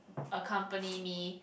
accompany me